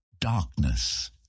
darkness